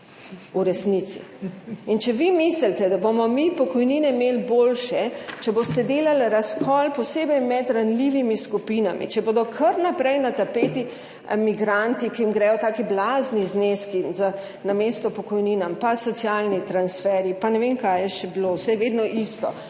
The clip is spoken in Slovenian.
v resnici. In če vi mislite, da bomo mi pokojnine imeli boljše, če boste delali razkol posebej med ranljivimi skupinami, če bodo kar naprej na tapeti migranti, ki jim gredo taki blazni zneski namesto pokojninam, pa socialni transferji, pa ne vem kaj je še bilo, saj je vedno isto,